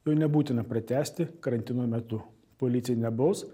jo nebūtina pratęsti karantino metu policija nebaus